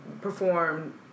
perform